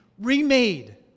remade